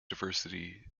diversity